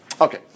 Okay